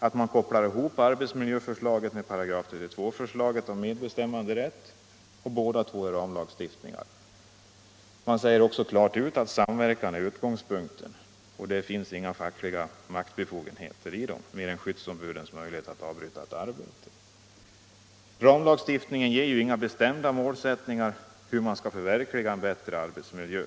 Att man kopplar ihop arbetsmiljöförslaget med § 32-förslaget om medbestämmanderätt är negativt. Båda är ramlagstiftningar. Man säger också klart att samverkan är utgångspunkten och där finns inga fackliga maktbefogenheter mer än skyddsombudens möjlighet att avbryta ett arbete. Ramlagstiftningen ger inga bestämda anvisningar om hur man skall förverkliga en bättre arbetsmiljö.